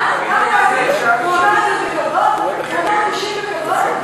הוא אמר כושים בכבוד?